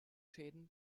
schäden